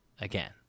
again